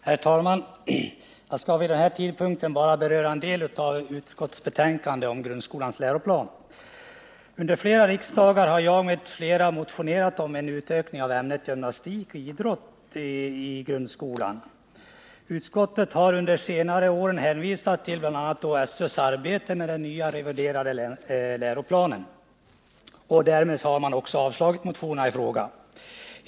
Herr talman! Jag skall vid den här tidpunkten beröra bara en del av utskottets betänkande om grundskolans läroplan. Under flera riksmöten har jag och flera andra motionerat om en utökning av ämnet gymnastik och idrott i grundskolan. Utskottet har under senare år hänvisat till SÖ:s arbete med en reviderad läroplan, och därmed har också motionerna i fråga avslagits.